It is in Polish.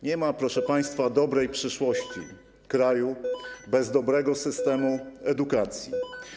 Nie ma, proszę państwa, dobrej przyszłości kraju bez dobrego systemu edukacji.